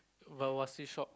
but must he shop